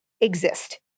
exist